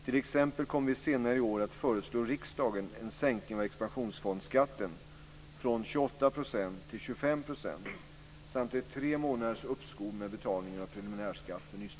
T.ex. kommer vi senare i år att föreslå riksdagen en sänkning av expansionsfondsskatten från 28 % till 25 %